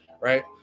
right